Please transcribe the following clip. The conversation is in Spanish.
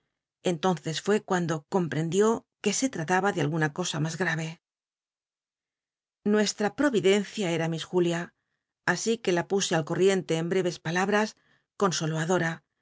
entonces fué cuando co mp rendió que se trataba ele alguna cosa mas grave nuestra proyiclencia era miss ju lia así que la puse al corrientc en lncies palabras consoló